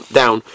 down